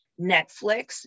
Netflix